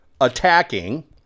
attacking